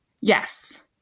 Yes